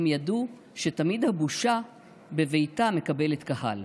/ הם ידעו שתמיד הבושה / בביתה מקבלת קהל.